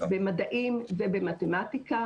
במדעים ובמתמטיקה.